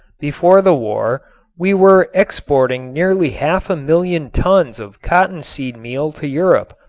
before the war we were exporting nearly half a million tons of cottonseed meal to europe,